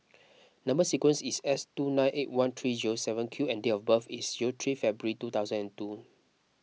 Number Sequence is S two nine eight one three zero seven Q and date of birth is zero three February two thousand and two